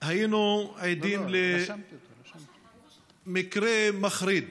היינו עדים למקרה מחריד